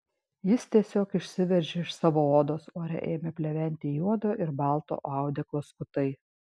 jis tiesiog išsiveržė iš savo odos ore ėmė pleventi juodo ir balto audeklo skutai